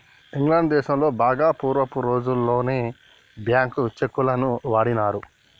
England దేశంలో బాగా పూర్వపు రోజుల్లోనే బ్యేంకు చెక్కులను వాడినారు